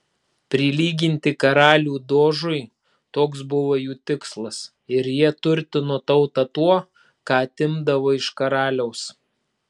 prilyginti karalių dožui toks buvo jų tikslas ir jie turtino tautą tuo ką atimdavo iš karaliaus